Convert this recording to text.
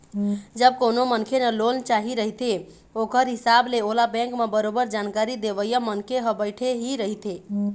जब कोनो मनखे ल लोन चाही रहिथे ओखर हिसाब ले ओला बेंक म बरोबर जानकारी देवइया मनखे ह बइठे ही रहिथे